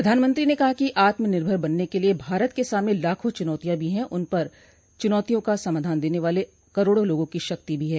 प्रधानमंत्री ने कहा कि आत्म निर्भर बनने के लिए भारत के सामने लाखों चुनौतियां भी हैं पर उन चुनौतियों का समाधान देने वाले करोड़ों लोगों की शक्ति भी है